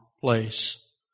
place